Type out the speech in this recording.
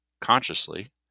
consciously